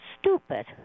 stupid